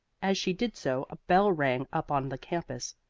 as she did so, a bell rang up on the campus.